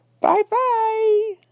Bye-bye